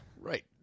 Right